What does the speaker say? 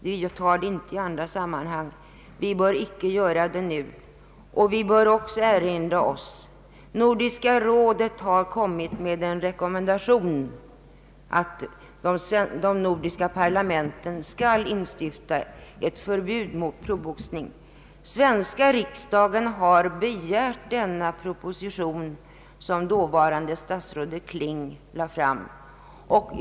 Vi godtar det icke i andra sammanhang och bör inte göra det nu. Vi bör också erinra oss att Nordiska rådet har rekommenderat de nordiska parlamenten att genomföra ett förbud mot professionell boxning. Den svenska riksdagen har begärt den proposition som förutvarande statsrådet Kling har lagt fram.